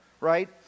right